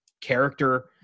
character